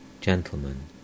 Gentlemen